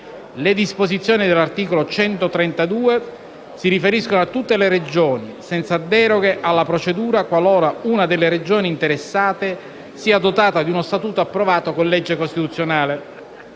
le disposizioni del citato articolo 132 si riferiscono a tutte le Regioni, senza deroghe alla procedura qualora una delle Regioni interessate sia dotata di uno statuto approvato con legge costituzionale.